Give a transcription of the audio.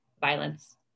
violence